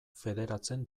federatzen